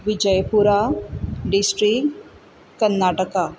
Vijayapura district Karnataka